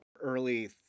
early